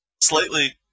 Slightly